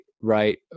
right